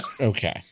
Okay